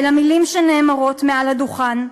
אל המילים שנאמרות מעל הדוכן,